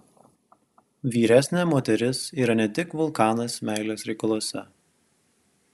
vyresnė moteris yra ne tik vulkanas meilės reikaluose